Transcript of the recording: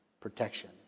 protection